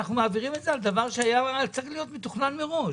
אנחנו מעבירים את זה על דבר שהיה צריך להיות מתוכנן מראש.